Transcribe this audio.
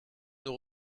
nous